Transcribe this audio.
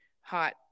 hot